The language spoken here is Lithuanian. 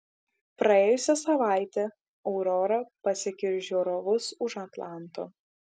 praėjusią savaitę aurora pasiekė ir žiūrovus už atlanto